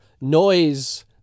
Noise